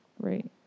Right